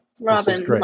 Robin